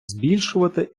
збільшувати